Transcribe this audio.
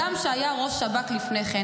אבי דיכטר.